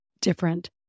different